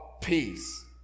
peace